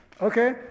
Okay